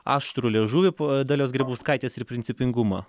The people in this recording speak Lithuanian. aštrų liežuvį dalios grybauskaitės ir principingumą